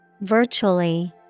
Virtually